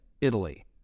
Italy